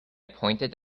pointed